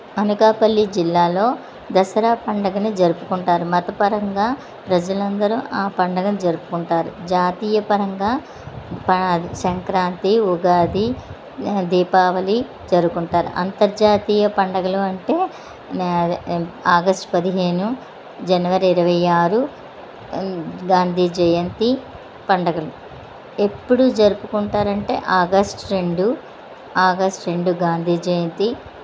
అనకాపల్లి జిల్లాలో దసరా పండుగను జరుపుకుంటారు మతపరంగా ప్రజలు అందరు ఆ పండగను జరుపుకుంటారు జాతీయపరంగా సంక్రాంతి ఉగాది దీపావళి జరుపుకుంటారు అంతర్జాతీయ పండుగలు అంటే అదే ఆగస్ట్ పదిహేను జనవరి ఇరవై ఆరు గాంధీ జయంతి పండగలు ఎప్పుడు జరుపుకుంటారు అంటే ఆగస్ట్ రెండు ఆగస్ట్ రెండు గాంధీ జయంతి